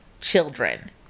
children